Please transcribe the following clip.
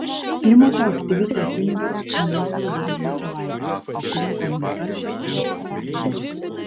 klimato aktyvistė thunberg į niujorką vyks dvi savaites pasirinko netaršią transporto priemonę